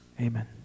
Amen